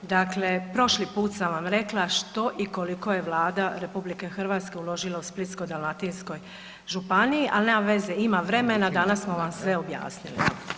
Dakle, prošli put sam vam rekla što i koliko je Vlada RH uložila u Splitsko-dalmatinskoj županiji, ali nema veze ima vremena danas smo vam sve objasnili.